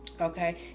Okay